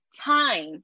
time